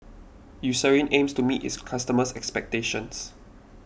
Eucerin aims to meet its customers' expectations